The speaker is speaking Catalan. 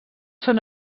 són